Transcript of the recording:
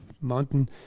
mountain